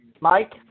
Mike